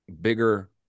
bigger